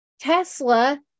tesla